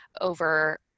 over